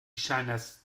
ŝajnas